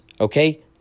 Okay